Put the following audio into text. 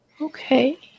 Okay